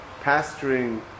pasturing